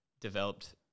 developed